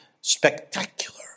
spectacular